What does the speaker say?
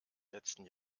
letzten